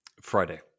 friday